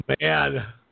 man